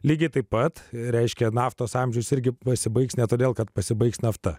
lygiai taip pat reiškia naftos amžius irgi pasibaigs ne todėl kad pasibaigs nafta